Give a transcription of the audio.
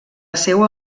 seua